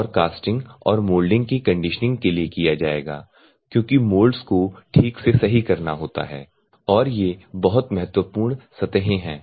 और कास्टिंग और मोल्डिंग की कंडीशनिंग के लिए किया जाएगा क्योंकि मोल्ड्स को ठीक से सही करना होता है और ये बहुत महत्वपूर्ण सतहें हैं